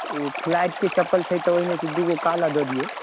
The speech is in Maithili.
आ फ्लाइटके चपल छै तऽ ओहिमे से दूगो काला दऽ दियौ